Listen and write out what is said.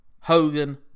Hogan